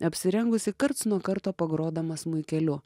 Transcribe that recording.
apsirengusi karts nuo karto pagrodama smuikeliu